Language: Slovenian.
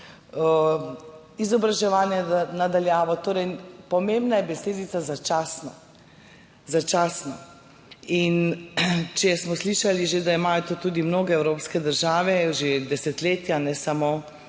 izobraževanje na daljavo. Pomembna je besedica začasno. Začasno. Če smo slišali, da imajo to tudi mnoge evropske države že desetletja, ne samo